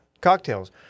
cocktails